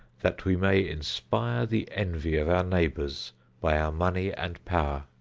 that we may inspire the envy of our neighbors by our money and power.